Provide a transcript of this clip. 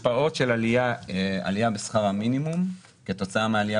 השפעות של העלייה בשכר המינימום כתוצאה מהעלייה